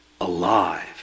alive